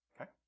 okay